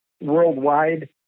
worldwide